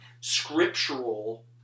scriptural